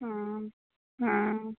हाँ हाँ